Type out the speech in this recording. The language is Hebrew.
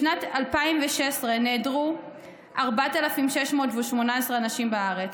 בשנת 2016 נעדרו 4,618 אנשים בארץ,